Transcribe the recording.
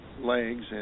legs